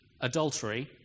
adultery